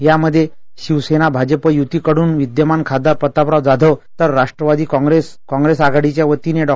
यामध्ये शिवसेना भाजप युतीकडून विद्यमान खासदार प्रतापराव जाधव तर राष्ट्रवादी काँप्रेस कॉंप्रेस आघाडीच्या वतीने डॉ